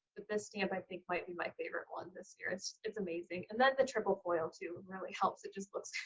but this stamp, i think might be my favorite one this year. it's, it's amazing. and then the triple foil too really helps. it just looks,